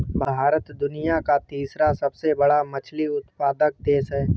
भारत दुनिया का तीसरा सबसे बड़ा मछली उत्पादक देश है